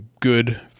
good –